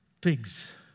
pigs